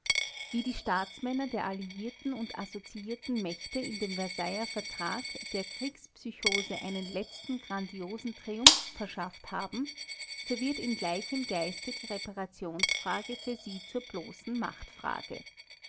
wie die staatsmänner der alliierten und assoziierten mächte in dem versailler vertrag der kriegspsychose einen letzten grandiosen triumph verschafft haben so wird in gleichem geiste die reparationsfrage für sie zur bloßen machtfrage